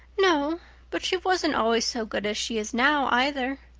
no but she wasn't always so good as she is now either,